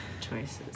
choices